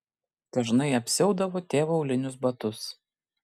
dažnai apsiaudavo tėvo aulinius batus